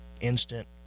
instant